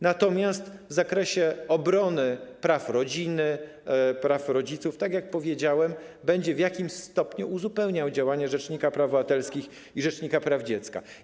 Natomiast w zakresie obrony praw rodziny, praw rodziców, tak jak powiedziałem, będzie w jakimś stopniu uzupełniał działanie rzecznika praw obywatelskich i rzecznika praw dziecka.